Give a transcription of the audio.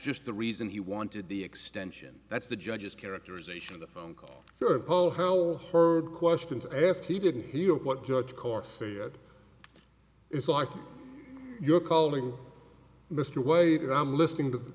just the reason he wanted the extension that's the judge's characterization of the phone call third poll how heard questions asked he didn't hear what judge course it's like you're calling mr wait i'm listening to whe